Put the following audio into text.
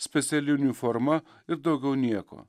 speciali uniforma ir daugiau nieko